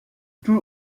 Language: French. tout